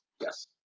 Yes